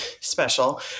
special